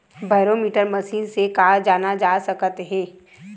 Barometer machine से का जाना जा सकत हे?